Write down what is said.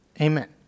Amen